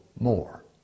more